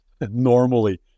normally